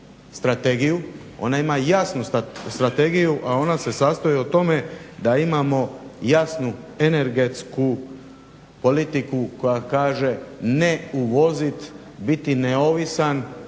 Ona ima jasnu strategiju a ona se sastoji o tome da imamo jasnu energetsku politiku koja kaže, ne uvozit, biti neovisan